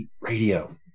radio